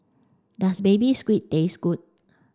does baby squid taste good